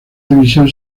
división